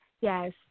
Yes